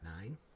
nine